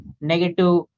negative